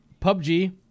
PUBG